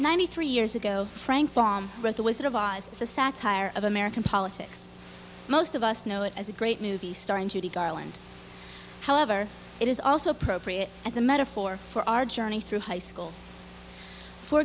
ninety three years ago frank baum wrote the wizard of oz is a satire of american politics most of us know it as a great movie starring judy garland however it is also appropriate as a metaphor for our journey through high school for